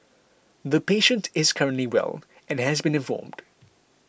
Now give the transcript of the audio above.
the patient is currently well and has been informed